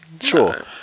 Sure